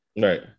Right